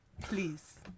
Please